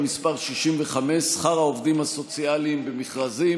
מס' 65: שכר העובדים הסוציאליים במכרזים.